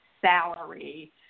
salary